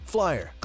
Flyer